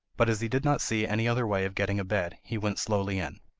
but as he did not see any other way of getting a bed, he went slowly in.